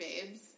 babes